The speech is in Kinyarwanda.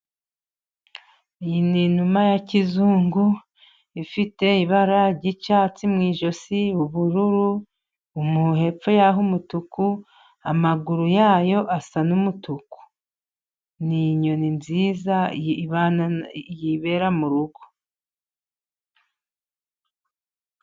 Iyi ni inuma ya kizungu ifite ibara ry'icyatsi mu ijosi, ubururu hepfo yaho umutuku amaguru yayo asa n'umutuku ni inyoni nziza yibera mu rugo.